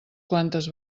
quantes